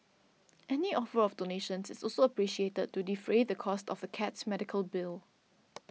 any offer of donations is also appreciated to defray the costs of the cat's medical bill